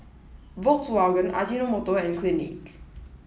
Volkswagen Ajinomoto and Clinique